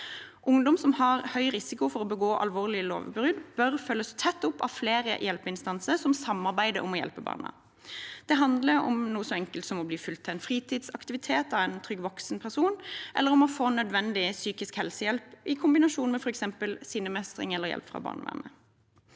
Ungdom som har høy risiko for å begå alvorlige lovbrudd, bør følges tett opp av flere hjelpeinstanser som samarbeider om å hjelpe ungdommene. Det handler om noe så enkelt som å bli fulgt til en fritidsaktivitet av en trygg voksenperson, eller om å få nødvendig psykisk helsehjelp, i kombinasjon med f.eks. sinnemestring eller hjelp fra barnevernet.